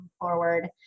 forward